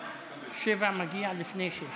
אדוני היושב-ראש,